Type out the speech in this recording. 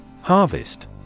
Harvest